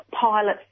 Pilot